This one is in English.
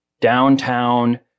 downtown